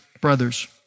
brothers